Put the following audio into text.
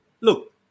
Look